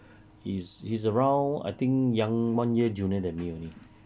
he's he's around I think young one year junior than me only